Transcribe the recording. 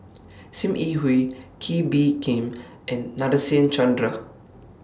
SIM Yi Hui Kee Bee Khim and Nadasen Chandra